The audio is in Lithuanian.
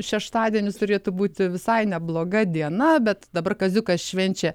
šeštadienis turėtų būti visai nebloga diena bet dabar kaziukas švenčia